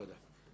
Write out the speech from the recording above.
תודה.